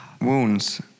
wounds